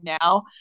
now